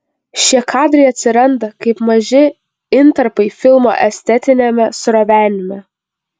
šie kadrai atsiranda kaip maži intarpai filmo estetiniame srovenime